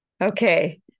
Okay